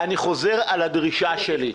ואני חוזר על הדרישה שלי: